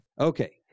Okay